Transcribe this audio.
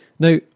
Now